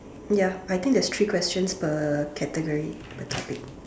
ya I think there's three questions per category per topic